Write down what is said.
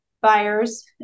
buyers